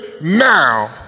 now